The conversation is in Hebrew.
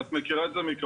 את מכירה את זה מקרוב.